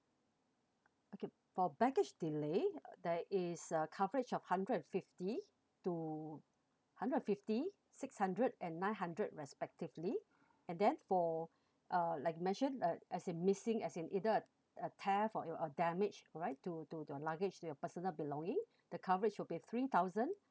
okay for baggage delay there is a coverage of hundred and fifty to hundred and fifty six hundred and nine hundred respectively and then for uh like mentioned uh as in missing as in either a a theft or your uh damage alright to to your luggage to your personal belonging the coverage will be three thousand